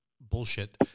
bullshit